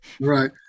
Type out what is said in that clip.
Right